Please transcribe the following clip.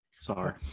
Sorry